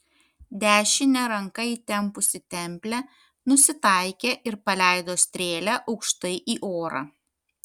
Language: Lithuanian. dešine ranka įtempusi templę nusitaikė ir paleido strėlę aukštai į orą